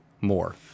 more